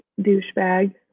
douchebag